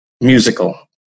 musical